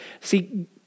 See